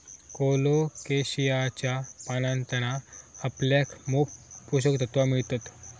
कोलोकेशियाच्या पानांतना आपल्याक मोप पोषक तत्त्वा मिळतत